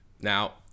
Now